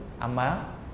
Ama